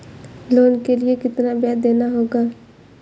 Loan के लिए कितना ब्याज देना होगा?